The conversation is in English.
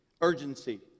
Urgency